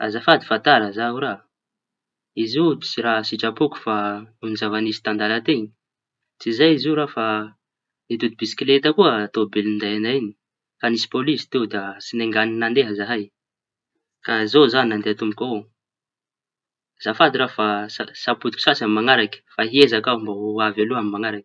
Azafady fa teña tara zaho raha izy io tsy raha sitrapoko fa noho ny zava-misy tan-dalaña teñy. Tsy zay izy io raha fa nidofitsy bisikileta koa tômobily ninday añay iñy raha. Nisy pôlisy tao da tsy nengañy nandeha zahay, vao zao za nandea tomboky avao.